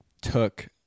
took